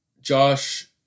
Josh